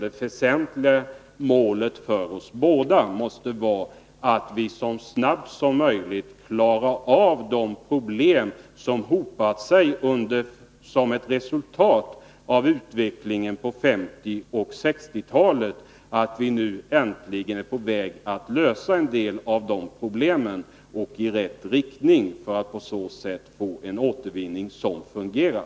Det viktiga målet för oss båda måste väl vara att vi så snabbt som möjligt klarar av de problem som hopar sig såsom ett resultat av utvecklingen på 1950 och 1960-talen. Jag hoppas att vi nu äntligen är på väg att lösa en del av dessa problem på rätt sätt för att på det viset åstadkomma en återvinning som fungerar.